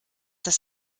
das